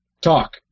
Talk